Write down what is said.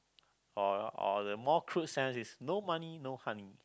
or or the more crude sense is no money no honey